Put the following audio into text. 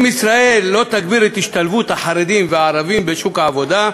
אם ישראל לא תגביר את השתלבות הערבים והחרדים בשוק העבודה,